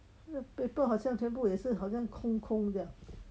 那 paper 好像全部也是好像空空的